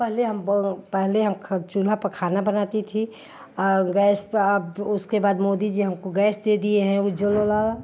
पहले हम पहले हम चूल्हा पर खाना बनाती थी और गैस पर अब उसके बाद मोदी जी हमको गैस दे दिए हैं उज्ज्वला